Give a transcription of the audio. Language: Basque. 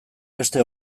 beste